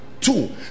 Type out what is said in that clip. Two